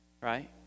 Right